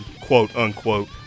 quote-unquote